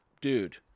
Dude